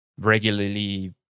regularly